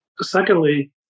Secondly